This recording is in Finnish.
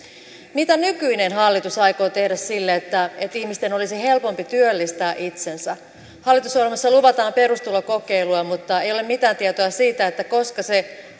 mitä nykyinen hallitus aikoo tehdä sille että ihmisten olisi helpompi työllistää itsensä hallitusohjelmassa luvataan perustulokokeilua mutta ei ole mitään tietoa siitä koska se